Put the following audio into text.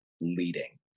leading